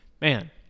Man